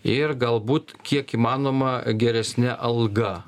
ir galbūt kiek įmanoma geresne alga